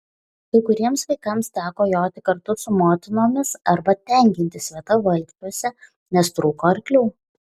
kai kuriems vaikams teko joti kartu su motinomis arba tenkintis vieta valkčiuose nes trūko arklių